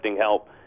help